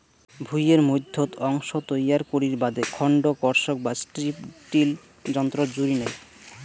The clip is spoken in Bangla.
ভুঁইয়ের মইধ্যত অংশ তৈয়ার করির বাদে খন্ড কর্ষক বা স্ট্রিপ টিল যন্ত্রর জুড়ি নাই